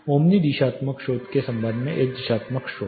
omni दिशात्मक स्रोत के संबंध में एक दिशात्मक स्रोत